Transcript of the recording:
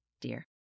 dear